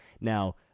now